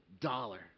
dollar